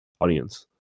audience